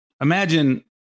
Imagine